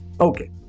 Okay